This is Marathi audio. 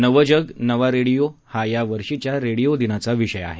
नवं जग नवा रेडिओ हा यावर्षीच्या रेडिओ दिनाचा विषय आहे